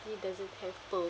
it doesn't have pearl